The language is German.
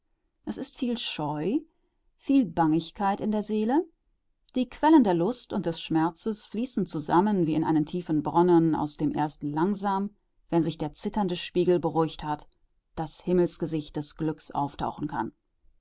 es ist viel scheu viel bangigkeit in der seele die quellen der lust und des schmerzes fließen zusammen wie in einen tiefen bronnen aus dem erst langsam wenn sich der zitternde spiegel beruhigt hat das himmelsgesicht des glücks auftauchen kann